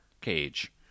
cage